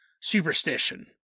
superstition